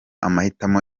amahitamo